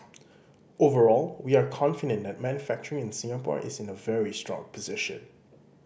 overall we are confident that manufacturing in Singapore is in a very strong position